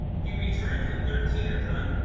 he returns when thirteen are done.